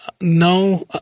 no